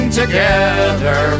together